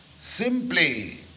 simply